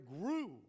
grew